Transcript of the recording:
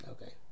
Okay